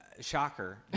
Shocker